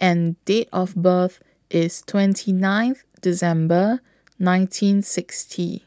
and Date of birth IS twenty ninth December nineteen sixty